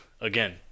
Again